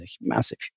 massive